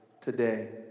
today